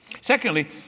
Secondly